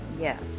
Yes